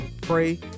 pray